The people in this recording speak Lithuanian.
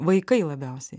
vaikai labiausiai